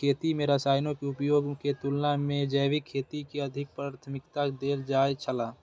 खेती में रसायनों के उपयोग के तुलना में जैविक खेती के अधिक प्राथमिकता देल जाय छला